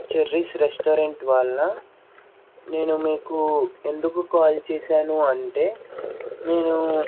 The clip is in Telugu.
చెర్రీస్ రెస్టారెంట్ వాళ్ళా నేను మీకు ఎందుకు కాల్ చేశాను అంటే నేను